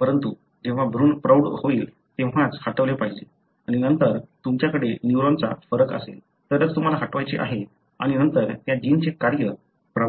परंतु जेव्हा भ्रूण प्रौढ होईल तेव्हाच हटवले पाहिजे आणि नंतर तुमच्याकडे न्यूरॉनचा फरक असेल तरच तुम्हाला हटवायचे आहे आणि नंतर त्या जिनचे कार्य पहा बरोबर प्रौढामध्ये